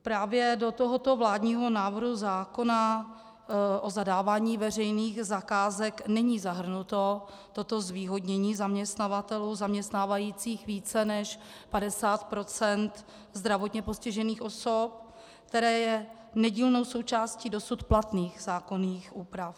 Právě do tohoto vládního návrhu zákona o zadávání veřejných zakázek není zahrnuto toto zvýhodnění zaměstnavatelů zaměstnávajících více než 50 % zdravotně postižených osob, které je nedílnou součástí dosud platných zákonných úprav.